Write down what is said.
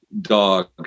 dog